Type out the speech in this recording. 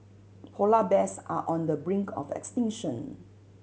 polar bears are on the brink of extinction